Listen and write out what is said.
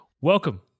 Welcome